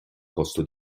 costo